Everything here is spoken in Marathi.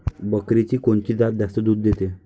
बकरीची कोनची जात जास्त दूध देते?